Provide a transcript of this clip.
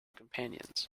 companions